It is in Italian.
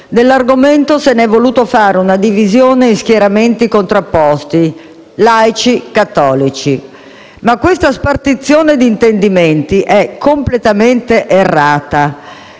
dell'argomento se n'è voluto fare una divisione in schieramenti contrapposti, laici-cattolici Ma questa spartizione di intendimenti è completamente errata